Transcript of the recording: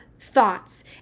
thoughts